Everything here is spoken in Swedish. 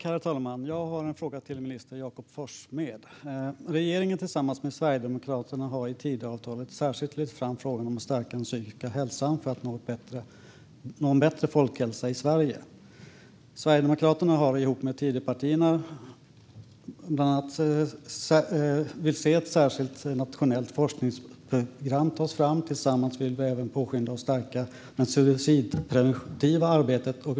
Herr talman! Jag har en fråga till minister Jakob Forssmed. Regeringen har tillsammans med Sverigedemokraterna i Tidöavtalet särskilt lyft fram frågan om att stärka den psykiska hälsan för att nå en bättre folkhälsa i Sverige. Sverigedemokraterna vill, ihop med de andra Tidöpartierna, bland annat se att ett särskilt nationellt forskningsprogram tas fram. Tillsammans vill vi även påskynda och stärka det suicidpreventiva arbetet.